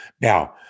Now